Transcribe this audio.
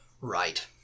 Right